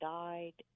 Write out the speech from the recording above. died